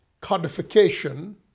codification